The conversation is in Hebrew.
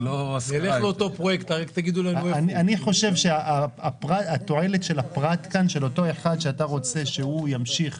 --- אני חושב התועלת של הפרט של אותו אחד שאתה רוצה שהוא ימשיך